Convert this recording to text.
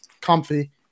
comfy